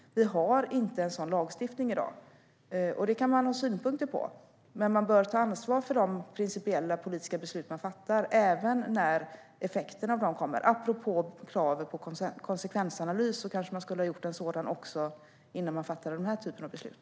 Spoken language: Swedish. Det finns inte en sådan lagstiftning i dag. Det kan man ha synpunkter på, men man bör ta ansvar för de principiella politiska beslut man fattar även när effekterna av dem kommer. Apropå kravet på konsekvensanalys kanske man skulle ha gjort en sådan innan man fattade den här typen av beslut.